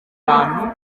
bantu